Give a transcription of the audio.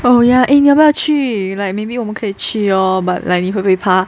oh ya eh 你要不要去 like maybe 我们可以去 lor but like 你会不会爬